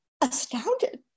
astounded